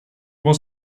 was